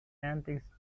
antics